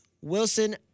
Wilson